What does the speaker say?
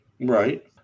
right